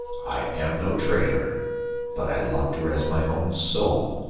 i am no traitor but i loved her as my own soul.